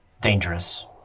Dangerous